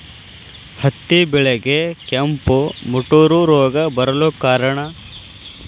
ಹತ್ತಿ ಬೆಳೆಗೆ ಕೆಂಪು ಮುಟೂರು ರೋಗ ಬರಲು ಕಾರಣ?